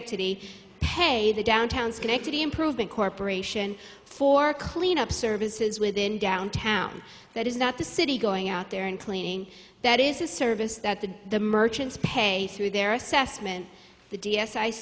pay the downtown schenectady improvement corporation for clean up services within downtown that is not the city going out there and cleaning that is a service that the the merchants pay through their assessment the d s i